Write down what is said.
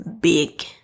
big